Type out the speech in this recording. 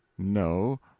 no,